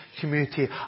community